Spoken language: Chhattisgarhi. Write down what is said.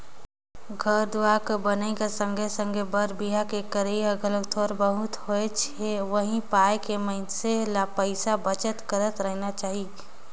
घर दुवार कर बनई कर संघे संघे बर बिहा के करई हर घलो थोर बहुत में होनेच नी हे उहीं पाय के मइनसे ल पइसा बचत करत रहिना चाही